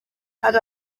had